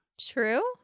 True